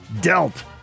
dealt